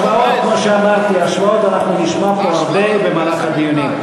הוא השווה את זה לאחריות של הקונגרס בארצות-הברית.